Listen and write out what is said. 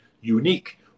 unique